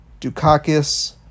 Dukakis